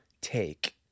take